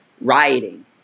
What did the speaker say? rioting